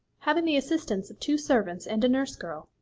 having the assistance of two servants and a nurse-girl,